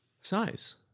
Size